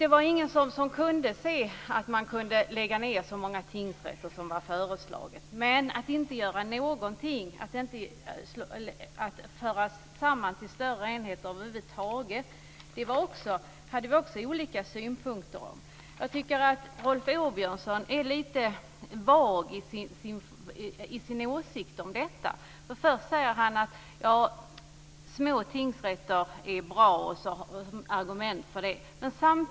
Det var ingen som kunde se att man skulle kunna lägga ned så många tingsrätter som var föreslaget. Men att inte göra någonting och inte föra samman till större enheter över huvud taget hade vi också olika synpunkter på. Jag tycker att Rolf Åbjörnsson är lite vag i sin åsikt om detta. Först säger han att små tingsrätter är bra och har argument för det.